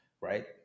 right